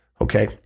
Okay